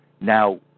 Now